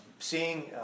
seeing